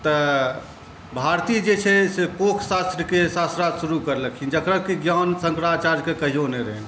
तऽ भारती जे छै से कोक शास्त्रके शास्त्रार्थ शुरू करलखिन जकर कि ज्ञान शंकराचार्यके कहिऔ नहि रहनि